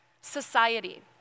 society